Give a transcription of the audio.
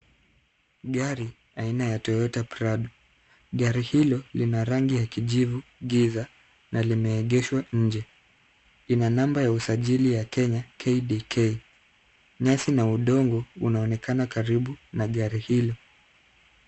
Gari aina ya Toyota Prado. Gari hilo lina rangi ya kijivu giza na limeegeshwa nje. Lina namba ya usajili ya Kenya KDK. Nyasi na udongo unaonekana karibu na gari hilo.